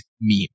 meme